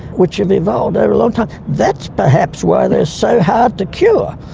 which have evolved over a long time. that's perhaps why they are so hard to cure,